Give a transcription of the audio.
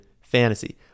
fantasy